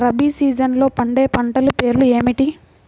రబీ సీజన్లో పండే పంటల పేర్లు ఏమిటి?